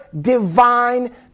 divine